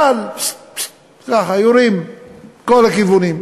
כאן, ככה, יורים מכל הכיוונים.